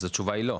אז התשובה היא שלא.